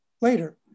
later